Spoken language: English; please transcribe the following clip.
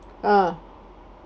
ha